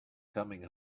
coming